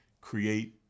create